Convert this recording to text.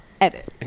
Edit